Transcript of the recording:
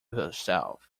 herself